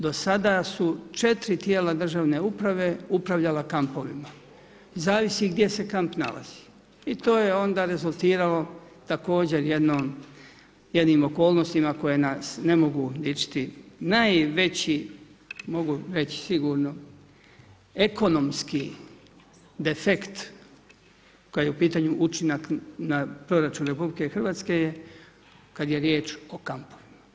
Do sada su 4 tijela državne uprave, upravljala kampovima, zavisi gdje se kamp nalazi i to je onda rezultiralo također jednim okolnostima koje nas ne mogu ličiti najveći mogu reći sigurno ekonomski defekt kad je u pitanju učinak na proračun RH, kad je riječ o kamatama.